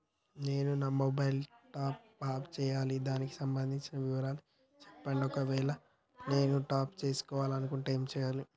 నేను నా mobile top up చేయాలి దానికి సంబంధించిన వివరాలు చెప్పండి ఒకవేళ నేను టాప్ చేసుకోవాలనుకుంటే ఏం చేయాలి?